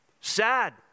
sad